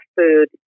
food